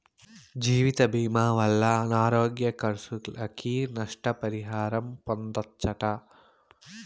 జీవితభీమా వల్ల అనారోగ్య కర్సులకి, నష్ట పరిహారం పొందచ్చట